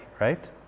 right